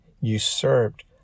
usurped